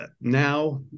Now